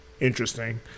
interesting